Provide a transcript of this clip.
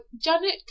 janet